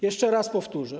Jeszcze raz powtórzę.